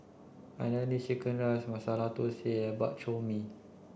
Hainanese chicken rice Masala Thosai and Bak Chor Mee